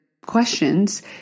questions